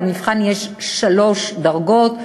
למבחן יש שלוש דרגות,